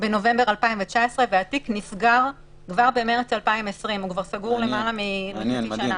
בנובמבר 2019 והתיק נסגר כבר במרץ 2020. הוא כבר סגור למעלה מחצי שנה.